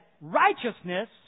righteousness